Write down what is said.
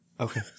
Okay